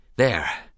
There